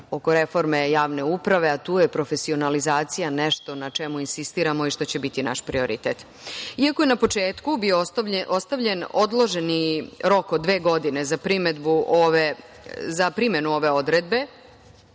oko reforme javne uprave, a tu profesionalizacija nešto na čemu insistiramo i što će biti naš prioritet. Iako je na početku bio ostavljen odloženi rok od dve godine za primenu ove odredbe